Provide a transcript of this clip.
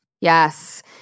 Yes